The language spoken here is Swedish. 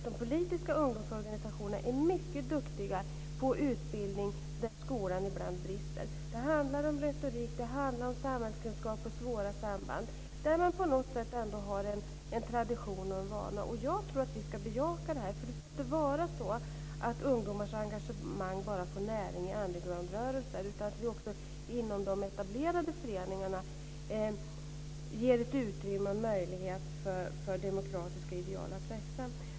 De politiska ungdomsorganisationerna är mycket duktiga på utbildning där skolan ibland brister. Det handlar om retorik. Det handlar om samhällskunskap och svåra samband. Man har ändå en tradition och en vana. Jag tror att vi ska bejaka det. Det får inte vara så att ungdomars engagemang bara får näring i underground-rörelser, utan vi måste också inom de etablerade föreningarna ge ett utrymme och en möjlighet för demokratiska ideal att växa.